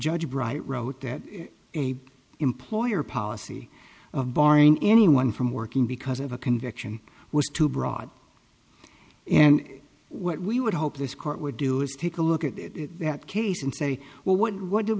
judge bright wrote that a employer policy of barring anyone from working because of a conviction was too broad and what we would hope this court would do is take a look at that case and say well what